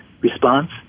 response